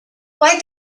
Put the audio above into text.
why